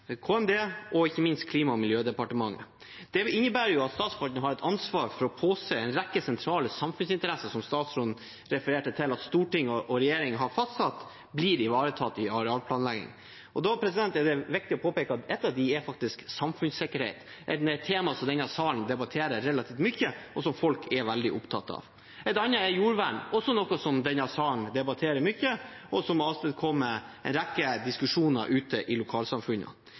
og moderniseringsdepartementet og ikke minst Klima- og miljødepartementet. Det innebærer at Statsforvalteren har et ansvar for å påse at en rekke sentrale samfunnsinteresser som statsråden refererte til at storting og regjering har fastsatt, blir ivaretatt i arealplanleggingen. Da er det viktig å påpeke at én av disse faktisk er samfunnssikkerhet – et tema som denne salen debatterer relativt mye, og som folk er veldig opptatt av. Et annet er jordvern, også noe som denne salen debatterer mye, og som avstedkommer en rekke diskusjoner ute i